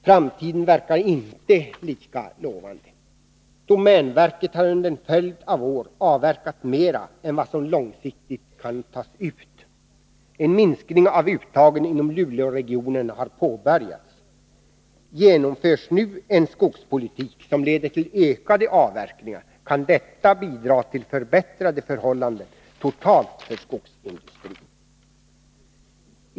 Framtiden verkar inte lika lovande. Domänverket har under en följd av år avverkat en större del än vad som långsiktigt kan tas ut. En minskning av uttagen inom Luleåregionen har påbörjats. Genomförs nu en skogspolitik som leder till ökade avverkningar, kan detta bidra till förbättrade förhållanden för skogsindustrin totalt sett.